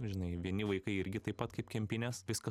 žinai vieni vaikai irgi taip pat kaip kempinės viską